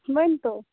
ؤنۍتو